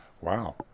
Wow